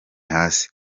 hasi